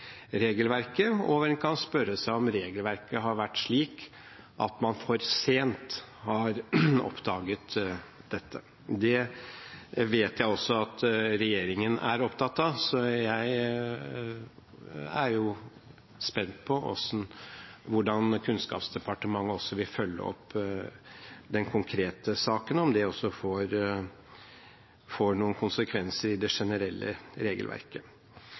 regelverket, og en kan spørre seg om regelverket har vært slik at man for sent har oppdaget dette. Det vet jeg også at regjeringen er opptatt av, så jeg er spent på hvordan Kunnskapsdepartementet vil følge opp den konkrete saken, og om det får noen konsekvenser i det generelle regelverket.